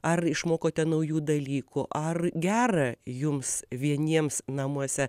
ar išmokote naujų dalykų ar gera jums vieniems namuose